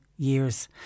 years